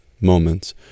moments